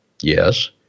Yes